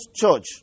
church